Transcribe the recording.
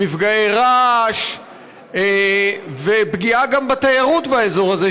מפגעי רעש ופגיעה גם בתיירות באזור הזה,